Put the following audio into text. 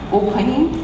opening